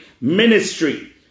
ministry